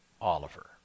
Oliver